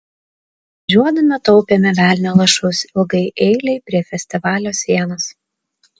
važiuodami taupėme velnio lašus ilgai eilei prie festivalio sienos